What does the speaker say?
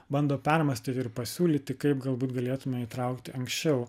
bando permąstyt ir pasiūlyti kaip galbūt galėtumėme įtraukti anksčiau